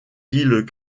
îles